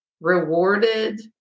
rewarded